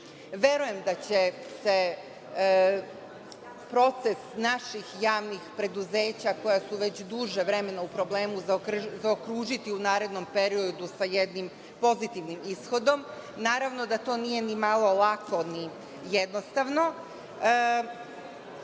Verujem da će se proces naših javnih preduzeća koja su već duže vreme u problemu zaokružiti u narednom periodu sa jednim pozitivnim ishodom. Naravno da to nije ni malo lako ni jednostavno. Mislim